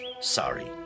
sorry